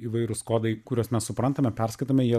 įvairūs kodai kuriuos mes suprantame perskaitome jie